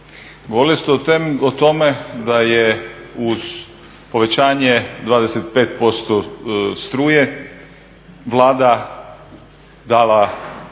Govorili ste o tome da je uz povećanje 25% struje Vlada dala